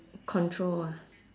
control ah